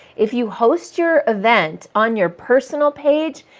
if you host your event on your personal page,